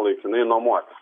laikinai nuomotis